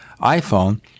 iPhone